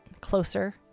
closer